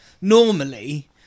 normally